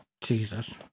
Jesus